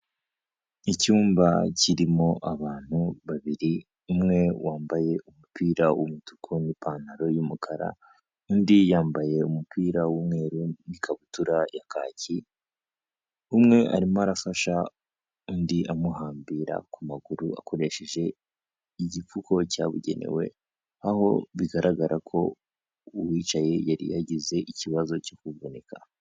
Icyumba kirimo abantu babiri, umwe wambaye umupira w'umutuku n'ipantaro y'umukara, undi yambaye umupira w'umweru n'ikabutura ya kaki. Umwe arimo arafasha undi amuhambira ku maguru akoresheje igipfuko cyabugenewe, aho bigaragarako uwicaye yari yagize ikibazo cyo kuvunika.